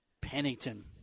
Pennington